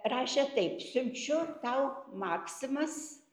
rašė taip siunčiu tau maksimas